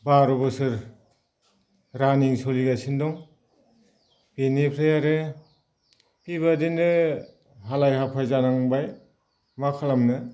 बार' बोसोर रानिं सोलिगासिनो दं बेनिफ्राय आरो बेबादिनो हालाय हाफाय जानांबाय मा खालामनो